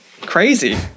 Crazy